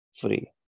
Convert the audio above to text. free